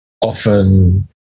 often